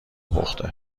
پخته